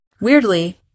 Weirdly